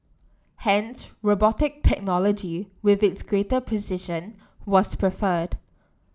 hence robotic technology with its greater precision was preferred